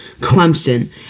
Clemson